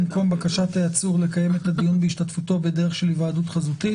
במקום "בקשת העצור לקיים את הדיון בהשתתפותו בדרך של היוועדות חזותית